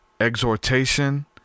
exhortation